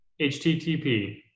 HTTP